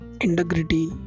integrity